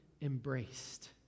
embraced